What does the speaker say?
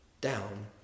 down